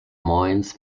moines